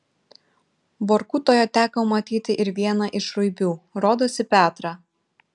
vorkutoje teko matyti ir vieną iš ruibių rodosi petrą